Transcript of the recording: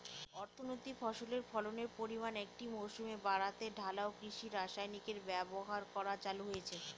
অর্থকরী ফসলের ফলনের পরিমান একটি মরসুমে বাড়াতে ঢালাও কৃষি রাসায়নিকের ব্যবহার করা চালু হয়েছে